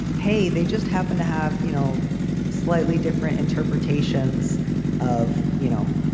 hey, they just happen to have you know slightly different interpretations of, you know,